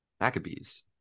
Maccabees